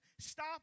Stop